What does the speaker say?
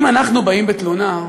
אם אנחנו באים בתלונה,